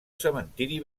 cementiri